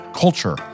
culture